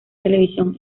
televisión